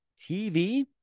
TV